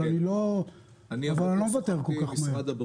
אבל אני לא מוותר כל כך מהר.